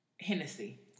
Hennessy